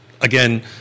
Again